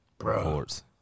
reports